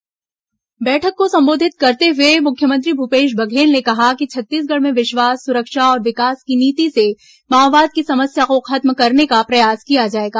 मुख्यमंत्री बैठक बैठक को संबोधित करते हुए मुख्यमंत्री भूपेश बघेल ने कहा कि छत्तीसगढ़ में विश्वास सुरक्षा और विकास की नीति से माओवाद की समस्या को खत्म करने का प्रयास किया जाएगा